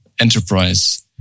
enterprise